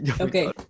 Okay